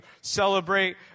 celebrate